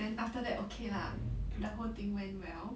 then after that okay lah the whole thing went well